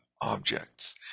objects